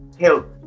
help